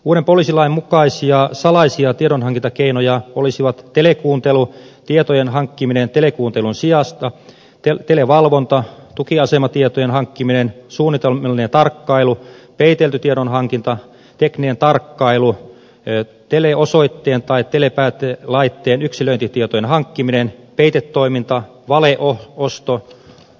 uuden poliisilain mukaisia salaisia tiedonhankintakeinoja olisivat telekuuntelu tietojen hankkiminen telekuuntelun sijasta televalvonta tukiasematietojen hankkiminen suunnitelmallinen tarkkailu peitelty tiedonhankinta tekninen tarkkailu teleosoitteen tai telepäätelaitteen yksilöintitietojen hankkiminen peitetoiminta valio huston